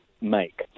make